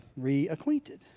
reacquainted